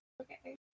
Okay